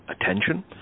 attention